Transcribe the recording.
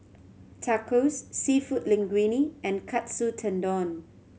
Tacos Seafood Linguine and Katsu Tendon